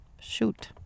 Shoot